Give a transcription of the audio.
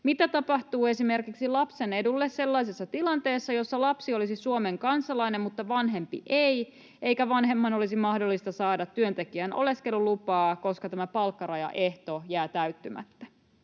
Mitä tapahtuu esimerkiksi lapsen edulle sellaisessa tilanteessa, jossa lapsi olisi Suomen kansalainen, mutta vanhempi ei, eikä vanhemman olisi mahdollista saada työntekijän oleskelulupaa, koska tämä palkkarajaehto jää täyttymättä?